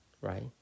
right